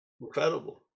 incredible